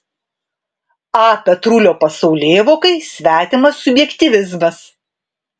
a petrulio pasaulėvokai svetimas subjektyvizmas